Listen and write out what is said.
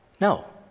no